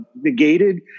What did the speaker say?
negated